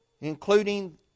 including